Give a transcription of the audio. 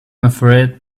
afraid